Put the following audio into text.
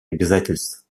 обязательств